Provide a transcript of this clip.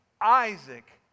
Isaac